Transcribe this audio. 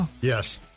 Yes